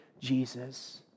jesus